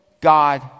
God